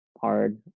hard